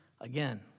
again